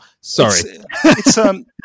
Sorry